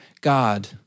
God